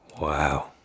Wow